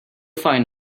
fine